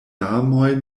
larmoj